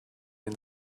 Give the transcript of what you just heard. den